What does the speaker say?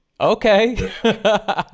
Okay